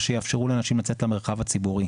ושיאפשרו לאנשים לצאת למרחב הציבורי.